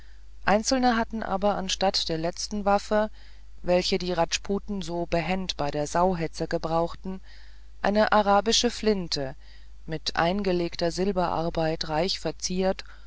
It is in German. einzelne hatten aber anstatt der letzten waffe welche die rajputen so behende bei der sauhetze gebrauchen eine arabische flinte mit eingelegter silberarbeit reich verziert